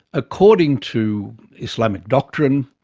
according to islamic doctrine,